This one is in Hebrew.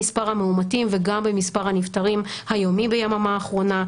גם במספר המאומתים וגם במספר הנפטרים היומי ביממה האחרונה.